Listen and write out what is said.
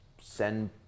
send